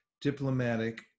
diplomatic